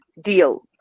deal